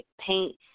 paint